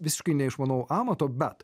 visiškai neišmanau amato bet